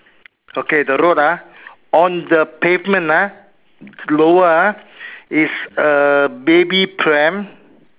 okay the road ah on the pavement ah lower ah is a baby pram